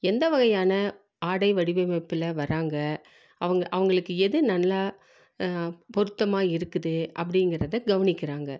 எந்த வகையான ஆடை வடிவமைப்பில் வர்றாங்க அவங்க அவங்களுக்கு எது நல்லா பொருத்தமாக இருக்குது அப்படிங்கிறத கவனிக்கிறாங்க